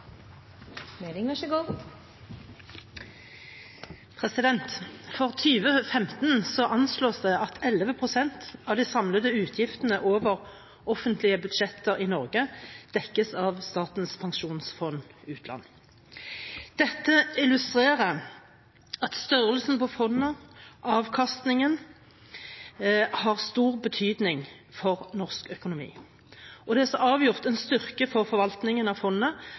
anslås det at 11 pst. av de samlede utgiftene over offentlige budsjetter i Norges dekkes av Statens pensjonsfond utland. Dette illustrerer at størrelsen på fondet og avkastningen har stor betydning for norsk økonomi. Det er så avgjort en styrke for forvaltningen av fondet